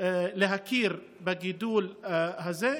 להכיר בגידול הזה.